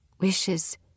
Wishes